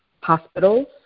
hospitals